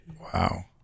Wow